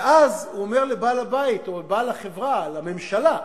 ואז הוא אומר לבעל הבית או בעל החברה, לממשלה,